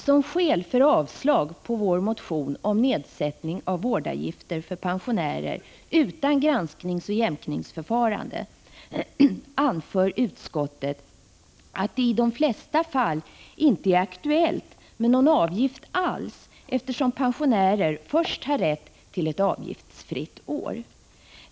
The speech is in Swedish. Som skäl för avslag på vår motion om en nedsättning av vårdavgifter för pensionärer utan granskningsoch jämkningsförfarande anför utskottet att det i de flesta fall inte är aktuellt med någon avgift alls, eftersom pensionärer Prot. 1985/86:109 = har rätt till avgiftsfri vård under det första året.